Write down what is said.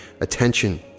attention